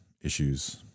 issues